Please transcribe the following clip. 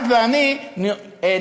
את ואני נמצאים,